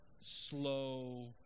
slow